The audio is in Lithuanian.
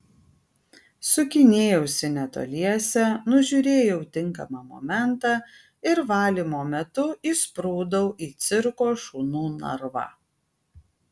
sukinėjausi netoliese nužiūrėjau tinkamą momentą ir valymo metu įsprūdau į cirko šunų narvą